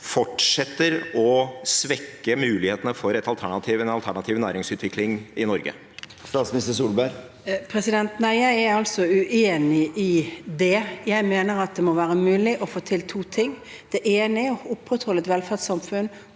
fortsetter å svekke mulighetene for den alternative næringsutviklingen i Norge? Statsminister Erna Solberg Nei, jeg er uenig i det. Jeg mener at det må være mulig å få til to ting: Det er å opprettholde et velferdssamfunn,